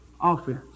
offense